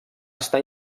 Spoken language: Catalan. està